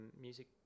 music